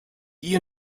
you